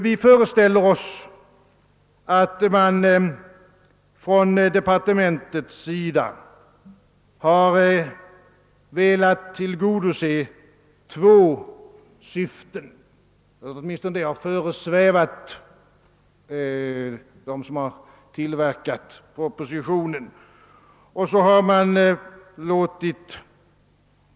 Vi föreställer oss att departementet har velat tillgodose två syften — åtminstone har detta föresvävat dem som har tillverkat propositionen.